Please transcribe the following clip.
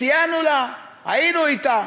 סייענו לה, היינו אתה,